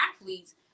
athletes